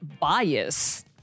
bias